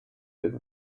with